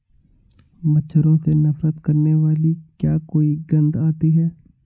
मच्छरों से नफरत करने वाली क्या कोई गंध आती है?